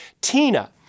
Tina